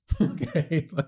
Okay